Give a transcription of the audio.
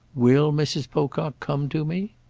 will mrs. pocock come to me?